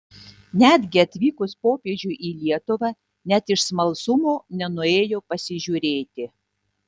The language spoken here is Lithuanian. netgi atvykus popiežiui į lietuvą net iš smalsumo nenuėjo pasižiūrėti